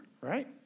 Right